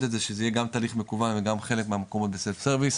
את זה שזה יהיה גם תהליך מקוון וגם חלק מהמקומות ב self service,